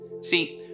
See